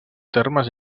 termes